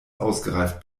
ausgereift